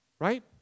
right